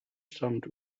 stammt